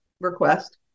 request